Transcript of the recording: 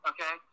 Okay